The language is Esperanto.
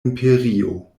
imperio